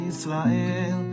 Israel